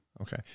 Okay